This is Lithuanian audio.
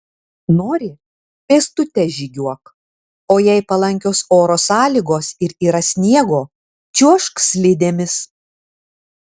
nori pėstute žygiuok o jei palankios oro sąlygos ir yra sniego čiuožk slidėmis